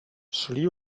szli